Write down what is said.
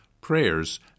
prayers